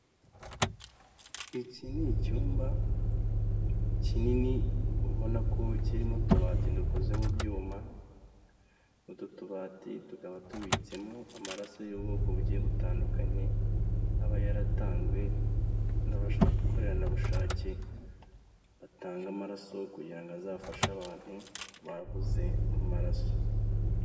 Iki ni icyumba kinini ubona ko kirimo utubati dukoze mu byuma, utu tubati tukaba tubitsemo amaraso y'ubwoko bugiye butandukanye aba yaratanzwe n'abakoranabushake batanga amaraso, kugira ngo azafashe abantu babuze amaraso.